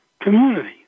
community